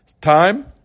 time